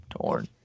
torn